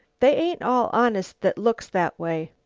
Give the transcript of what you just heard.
they ain't all honest that looks that way.